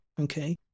Okay